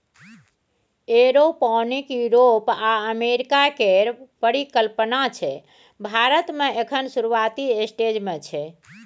aeroponic Europe आ America केर परिकल्पना छै भारत मे एखन शुरूआती स्टेज मे छै